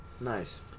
Nice